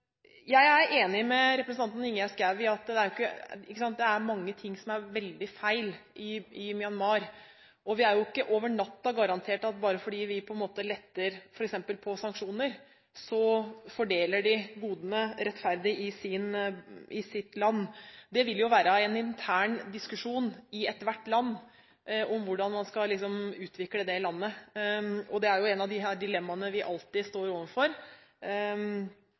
Jeg er enig med representanten Ingjerd Schou i at det er mange ting som er veldig feil i Myanmar, og vi er jo ikke over natten garantert at bare fordi vi letter på f.eks. sanksjoner, fordeler de godene rettferdig i sitt land. Det vil være en intern diskusjon i ethvert land om hvordan man skal utvikle det landet. Det er et av dilemmaene vi alltid står overfor når vi driver med utviklingspolitikk og utenrikspolitikk. Jeg har bare lyst til å si at jeg synes det har vært en klargjørende debatt. En interpellasjonsdebatt er alltid